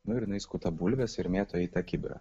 nu ir jinai skuta bulves ir mėto į tą kibirą